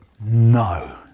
no